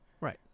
Right